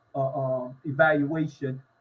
Evaluation